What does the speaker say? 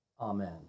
Amen